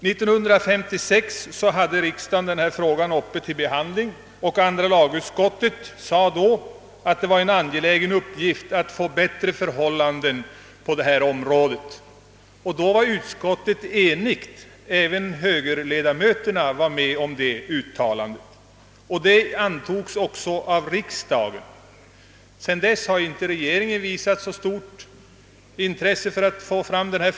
Riksdagen hade denna fråga uppe till behandling 1956, och ett enigt andra lagutskott skrev då att det var en angelägen uppgift att åstadkomma bättre förhållanden på detta område. även högerledamöterna var med om det uttalandet, som också antogs av riksdagen. Men sedan dess har regeringen inte visat särskilt stort intresse för att lösa frågan.